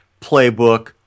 playbook